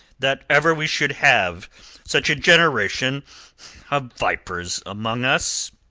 that ever we should have such a generation of vipers among us,